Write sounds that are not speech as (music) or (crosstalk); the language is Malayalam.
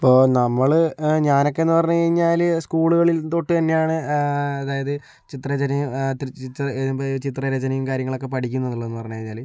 ഇപ്പോൾ നമ്മള് ഞാൻ ഒക്കെ എന്ന് പറഞ്ഞു കഴിഞ്ഞാല് സ്കൂളുകളിൽ തൊട്ട് തന്നെയാണ് അതായത് ചിത്ര രചനയും (unintelligible) ചിത്രരചനയും കാര്യങ്ങളൊക്കെ പഠിക്കുന്ന ഉള്ളതെന്ന് പറഞ്ഞു കഴിഞ്ഞാല്